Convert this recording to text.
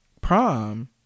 prom